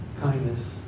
kindness